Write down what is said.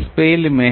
spell में हैं